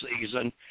season